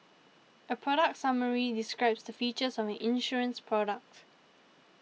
a product summary describes the features of an insurance product